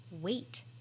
wait